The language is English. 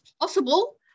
possible